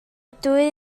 dwy